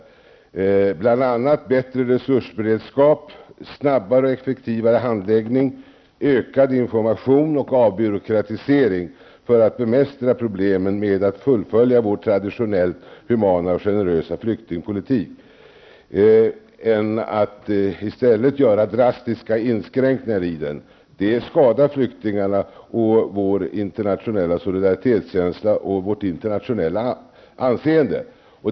Vad som behövs är bl.a. en bättre resursberedskap, en snabbare och effektivare handläggning, ökad information och avbyråkratisering för att bemästra de problem som finns när det gäller att fullfölja vår traditionellt humana och generösa flyktingpolitik -- inte drastiska inskränkningar i denna. Det skadar flyktingarna men även den internationella solidaritetskänslan och vårt anseende internationellt.